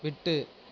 விட்டு